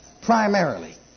primarily